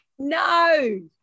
no